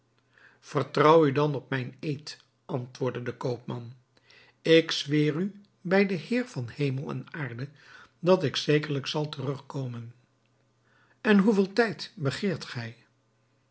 vertrouw u dan op mijn eed antwoordde de koopman ik zweer u bij den heer van hemel en aarde dat ik zekerlijk zal terugkomen en hoeveel tijd begeert gij